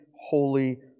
holy